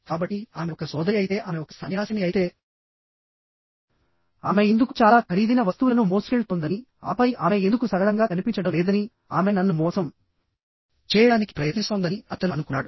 కాబట్టి ఆమె ఒక సోదరి అయితే ఆమె ఒక సన్యాసిని అయితే ఆమె ఎందుకు చాలా ఖరీదైన వస్తువులను మోసుకెళ్తోందని ఆపై ఆమె ఎందుకు సరళంగా కనిపించడం లేదనిఆమె నన్ను మోసం చేయడానికి ప్రయత్నిస్తోందని అతను అనుకున్నాడు